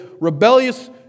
rebellious